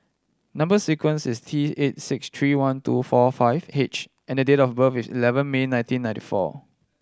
number sequence is T eight six three one two four five H and the date of birth is eleven May nineteen ninety four